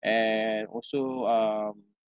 and also um